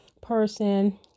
person